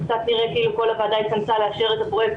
זה קצת נראה כאילו כל הוועדה התכנסה לאשר את הפרויקט